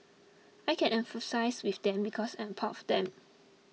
I can empathise with them because I'm part of them